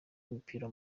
w’umupira